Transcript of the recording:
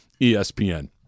ESPN